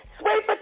Sweet